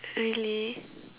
really